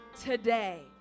Today